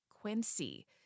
Quincy